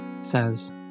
says